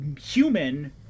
human